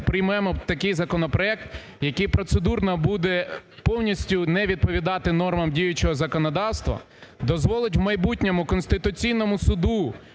приймемо такий законопроект, який процедурно буде повністю не відповідати нормам діючого законодавства, дозволить в майбутньому Конституційному Суду